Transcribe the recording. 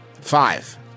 Five